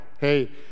Hey